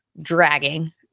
dragging